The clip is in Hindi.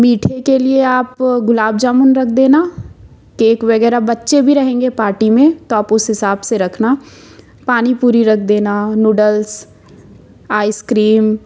मीठे के लिए आप गुलाब जामुन रख देना केक वग़ैरह बच्चे भी रहेंगे पार्टी में तो आप उस हिसाब से रखना पानी पूरी रख देना नूडल्स आइ सक्रीम